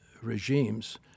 regimes